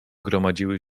gromadziły